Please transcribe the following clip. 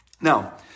Now